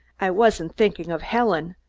i wasn't thinking of helen,